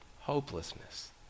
hopelessness